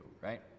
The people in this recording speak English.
right